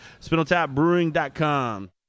SpindleTapBrewing.com